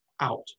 out